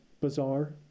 bizarre